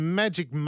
magic